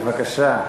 בבקשה,